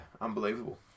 unbelievable